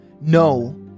No